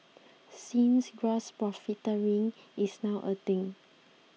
since gross profiteering is now a thing